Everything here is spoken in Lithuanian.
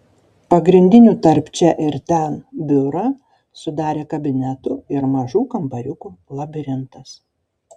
pagrindinį tarp čia ir ten biurą sudarė kabinetų ir mažų kambariukų labirintas